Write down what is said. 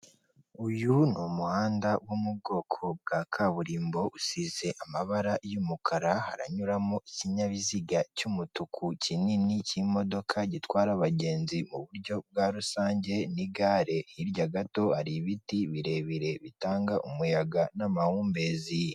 Uyu ni umuhanda wo mu bwoko bwa kaburimbo, usize amabara y'umukara, haranyuramo ikinyabiziga cy'umutuku kinini cy'imodoka, gitwara abagenzi mu buryo bwa rusange n'igare, hirya gato hari ibiti birebire, bitanga umuyaga n'amahumbezi.